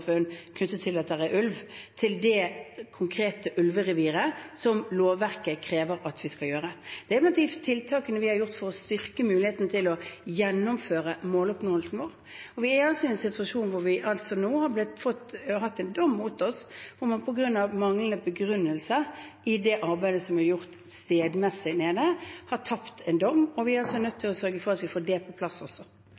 knyttet til at det er ulv, knyttet til det konkrete ulvereviret, som lovverket krever at vi skal gjøre. Det er blant de tiltakene vi har gjort for å styrke muligheten til å nå målet vårt. Vi er i en situasjon hvor vi nå har hatt en dom mot oss, hvor man på grunn av manglende begrunnelser i det arbeidet som er gjort stedmessig med det, har fått en dom, og vi er nødt